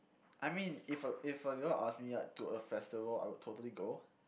I mean if a if a girl asked me out to a festival I would totally go